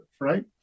right